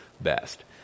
best